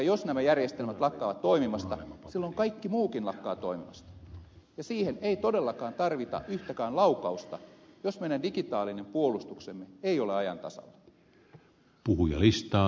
jos nämä järjestelmät lakkaavat toimimasta silloin kaikki muukin lakkaa toimimasta ja siihen ei todellakaan tarvita yhtäkään laukausta jos meidän digitaalinen puolustuksemme ei ole ajan tasalla